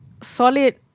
solid